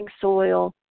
soil